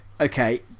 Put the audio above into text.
okay